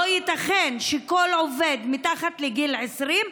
לא ייתכן שכל עובד מתחת לגיל 20,